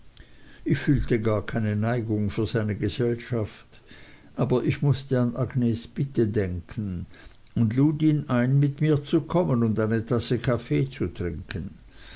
ich fühlte gar keine neigung für seine gesellschaft aber ich mußte an agnes bitte denken und lud ihn ein mit mir zu kommen und eine tasse kaffee zu trinken